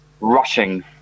rushing